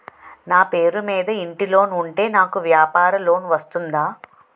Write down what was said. నా పేరు మీద ఇంటి లోన్ ఉంటే నాకు వ్యాపార లోన్ వస్తుందా?